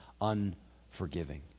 unforgiving